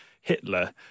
Hitler